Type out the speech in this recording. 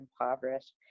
impoverished